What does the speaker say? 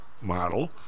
model